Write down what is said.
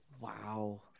Wow